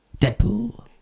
deadpool